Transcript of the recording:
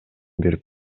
берип